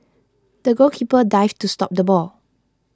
the goalkeeper dived to stop the ball